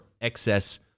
excess